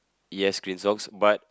yes green socks but